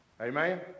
Amen